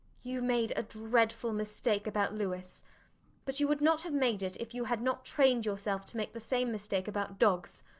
you made a dreadful mistake about louis but you would not have made it if you had not trained yourself to make the same mistake about dogs.